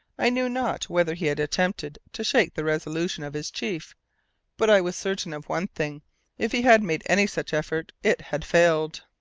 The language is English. i knew not whether he had attempted to shake the resolution of his chief but i was certain of one thing if he had made any such effort it had failed.